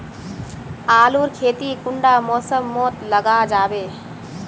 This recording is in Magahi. आलूर खेती कुंडा मौसम मोत लगा जाबे?